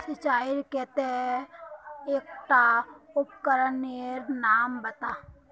सिंचाईर केते एकटा उपकरनेर नाम बता?